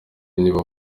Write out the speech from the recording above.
nibo